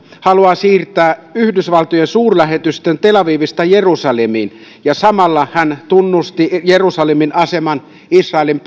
haluaa siirtää yhdysvaltojen suurlähetystön tel avivista jerusalemiin ja samalla hän tunnustaa jerusalemin aseman israelin